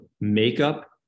makeup